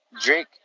Drake